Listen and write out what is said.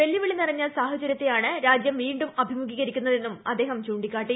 വെല്ലുവിളി നിറഞ്ഞ ഘട്ടത്തെയാണ് രാജ്യം വീണ്ടും അഭിമുഖീകരിക്കുന്ന തെന്നും അദ്ദേഹം ചൂണ്ടിക്കാട്ടി